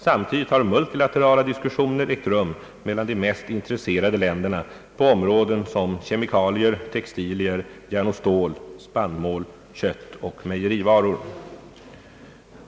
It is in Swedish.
Samtidigt har multilaterala diskussioner ägt rum mellan de mest intresserade länderna på områden som kemikalier, textilier, järn och stål, spannmål, kött och mejerivaror.